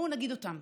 בואו נגיד אותן: